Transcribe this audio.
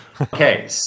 Okay